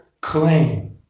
claim